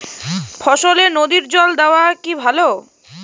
ফসলে নদীর জল দেওয়া কি ভাল?